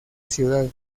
ciudad